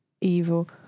evil